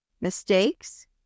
mistakes